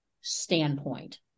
standpoint